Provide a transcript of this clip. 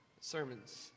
sermons